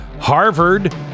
harvard